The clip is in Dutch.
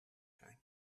zijn